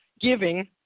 giving